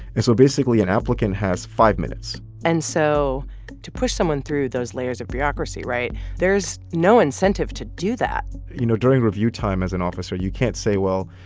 and so, basically, an applicant has five minutes and so to push someone through those layers of bureaucracy right? there's no incentive to do that you know, during review time as an officer, you can't say, well,